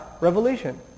Revelation